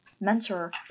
mentor